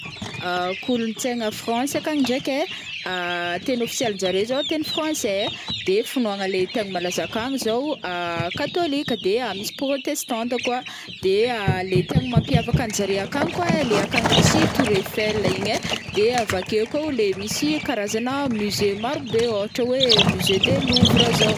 Kolontsaigna Fransa akagny ndraiky ai, teny ofisialinjare zao teny Francais, de finoagna le tegna malaza akagny zao katolika de misy protestanta koa, de le tegna mampiavaka anjare akagny koa ai le akagny misy tour eiffel igny ai, de avakeo koao le misy karazana musée maro be ôhatra oe musée de Louvre zao.